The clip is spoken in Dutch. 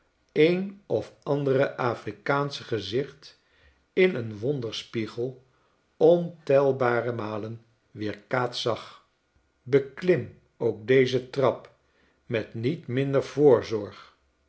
een of andere afrikaansche gezicht in een wonderspiegel ontelbare malen weerkaatst zag beklim ook deze trap met niet minder